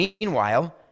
Meanwhile